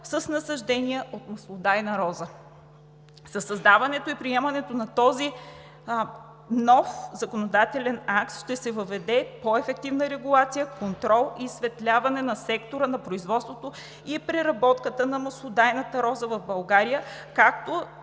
с насаждения от маслодайна роза. Със създаването и приемането на този нов законодателен акт ще се въведе по-ефективна регулация, контрол и изсветляване на сектора на производството и преработката на маслодайната роза в България, както